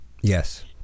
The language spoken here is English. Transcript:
Yes